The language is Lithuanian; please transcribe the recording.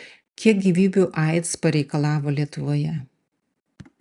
kiek gyvybių aids pareikalavo lietuvoje